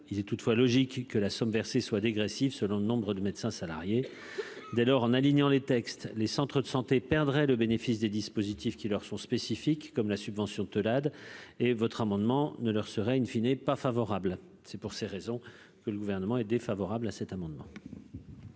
Il est toutefois logique que la somme versée soit dégressive selon le nombre de médecins salariés. Dès lors, si les textes devaient être alignés, les centres de santé perdraient le bénéfice des dispositifs qui leur sont spécifiques, comme la subvention Teulade, et cet amendement ne leur serait pas favorable. Pour ces raisons, le Gouvernement y est défavorable. Je mets